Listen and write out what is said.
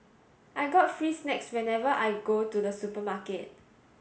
I got free snacks whenever I go to the supermarket